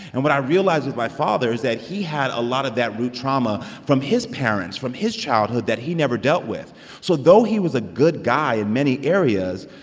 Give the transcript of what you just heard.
and what i realized with my father is that he had a lot of that root trauma from his parents, from his childhood that he never dealt with so though he was a good guy in many areas,